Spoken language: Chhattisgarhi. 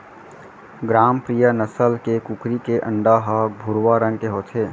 ग्रामप्रिया नसल के कुकरी के अंडा ह भुरवा रंग के होथे